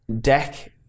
Deck